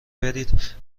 برید